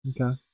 okay